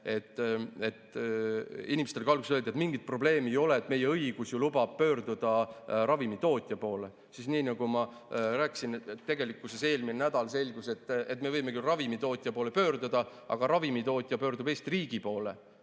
et inimestele ka alguses öeldi, et mingit probleemi ei ole, meie õigus ju lubab pöörduda ravimitootja poole, aga, nii nagu ma rääkisin, tegelikkuses eelmisel nädalal selgus, et me võime küll ravimitootja poole pöörduda, aga ravimitootja pöördub Eesti riigi poole.